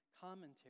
commentary